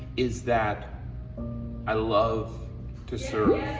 is that i love to serve.